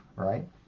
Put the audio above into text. Right